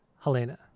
helena